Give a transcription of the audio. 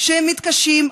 שמתקשים,